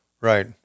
right